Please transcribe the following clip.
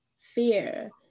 fear